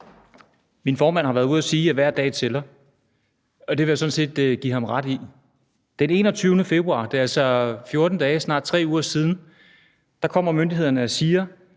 Min formand har været ude at sige, at hver dag tæller, og det vil jeg sådan set give ham ret i. Den 21. februar – det er altså 14 dage, snart 3 uger, siden – kom myndighederne og sagde,